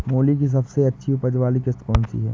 मूली की सबसे अच्छी उपज वाली किश्त कौन सी है?